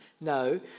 No